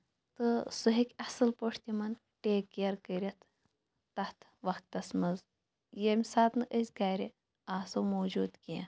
تہٕ سُہ ہیٚکہِ اَصٕل پٲٹھۍ تِمَن ٹیک کِیَر کٔرِتھ تَتھ وَقتَس منٛز ییٚمہِ ساتہٕ نہٕ أسۍ گرِ آسو موجوٗد کیٚنٛہہ